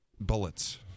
Bullets